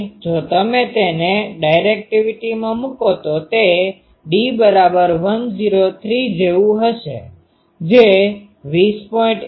અને જો તમે તેને ડાયરેકટીવીટીમાં મૂકો તો તે D103 જેવું હશે જે 20